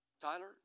Tyler